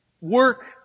work